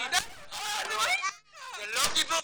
תמר,